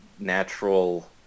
Natural